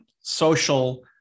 social